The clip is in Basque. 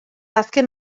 azken